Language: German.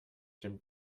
dem